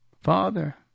father